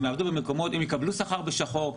הם יקבלו שכר בשחור.